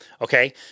Okay